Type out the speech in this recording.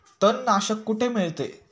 तणनाशक कुठे मिळते?